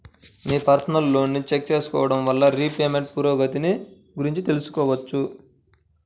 మీ personal లోన్ని check చేసుకోడం వల్ల రీపేమెంట్ పురోగతిని గురించి తెలుసుకోవచ్చు